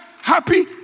happy